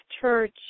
church